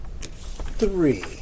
three